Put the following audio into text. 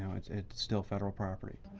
know, it's it's still federal property.